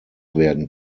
werden